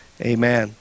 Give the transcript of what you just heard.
Amen